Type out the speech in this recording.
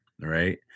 right